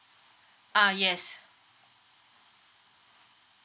ah yes